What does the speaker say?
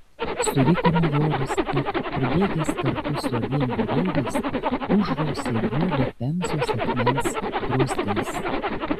suriko majoras ir pribėgęs kartu su abiem jūreiviais užrausė duobę pemzos akmens druzgais